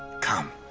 come.